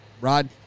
Rod